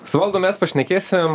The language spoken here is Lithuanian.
su valdu mes pašnekėsim